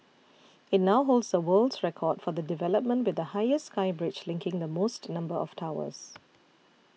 it now holds the world's record for the development with the highest sky bridge linking the most number of towers